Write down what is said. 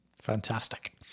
Fantastic